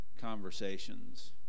conversations